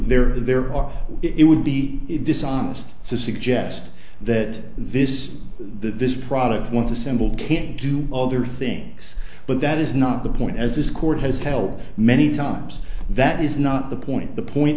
there there or it would be dishonest to suggest that this this product once a symbol can do other things but that is not the point as this court has held many times that is not the point the point